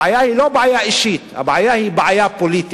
הבעיה היא לא בעיה אישית, הבעיה היא בעיה פוליטית.